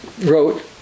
wrote